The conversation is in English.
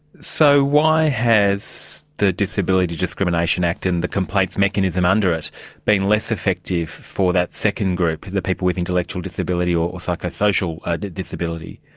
so why has the disability discrimination act and the complaints mechanism under it been less effective for that second group, the people with intellectual disability or or psychosocial disability?